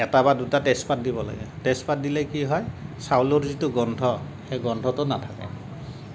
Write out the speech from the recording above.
এটা বা দুটা তেজপাত দিব লাগে তেজপাত দিলে কি হয় চাউলৰ যিটো গোন্ধ সেই গোন্ধটো নাথাকে